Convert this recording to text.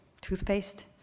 toothpaste